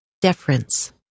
Deference